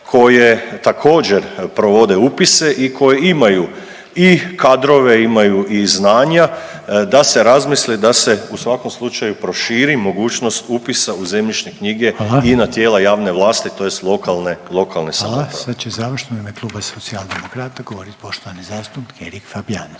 koje također provode upise i koje imaju i kadrove, imaju i znanja da se razmisli da se u svakom slučaju proširi mogućnost upisa u zemljišne knjige i na tijela javne vlasti, tj. lokalne samouprave. **Reiner, Željko (HDZ)** Hvala. Sad će završno u ime kluba Socijaldemokrata govoriti poštovani zastupnik Erik Fabijanić.